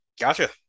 Gotcha